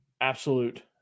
absolute